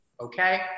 okay